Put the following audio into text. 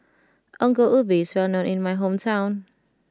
Ongol Ubi is well known in my hometown